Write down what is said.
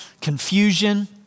confusion